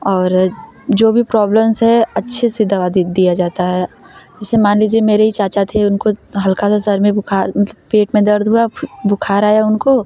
और जो भी प्रोब्लम्स है अच्छे से दवा दिक दिया जाता है जैसे मान लीजिए मेरे ही चाचा थे उनको हल्का सा सिर में बुखार पेट में दर्द हुआ बुखार आया उनको